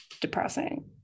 depressing